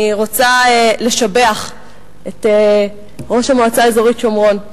אני רוצה לשבח את ראש המועצה האזורית שומרון,